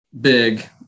big